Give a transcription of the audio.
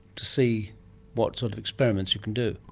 to see what sort of experiments you can do.